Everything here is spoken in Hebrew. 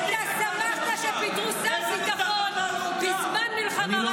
אתה שמחת שפיטרו שר ביטחון בזמן מלחמה.